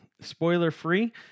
spoiler-free